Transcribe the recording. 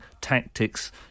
tactics